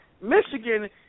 Michigan